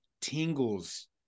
tingles